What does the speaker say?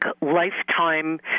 lifetime